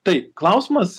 tai klausimas